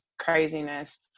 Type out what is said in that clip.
craziness